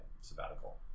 sabbatical